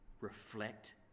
reflect